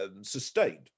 sustained